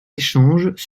échanges